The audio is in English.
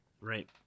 Right